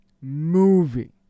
movie